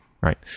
Right